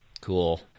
Cool